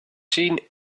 seen